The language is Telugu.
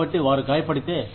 కాబట్టి వారు గాయపడితే